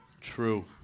True